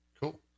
Cool